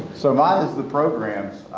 so mine is the programs.